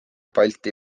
balti